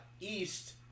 east